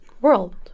world